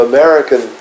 American